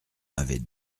avaient